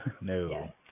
No